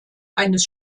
eines